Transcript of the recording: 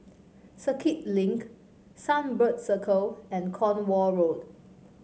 Circuit Link Sunbird Circle and Cornwall Road